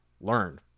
learn